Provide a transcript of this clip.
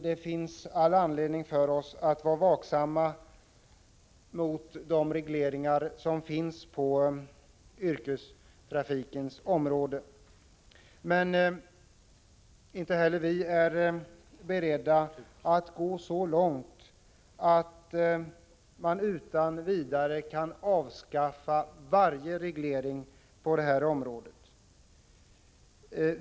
Det finns all anledning för oss att vara vaksamma mot de regleringar som finns på yrkestrafikens område. Men inte heller vi är beredda att gå så långt att vi utan vidare avskaffar varje reglering på detta område.